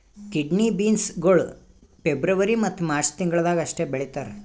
kidney beans ಗೊಳ್ February ಮತ್ತ March ತಿಂಗಿಳದಾಗ್ ಅಷ್ಟೆ ಬೆಳೀತಾರ್